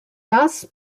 das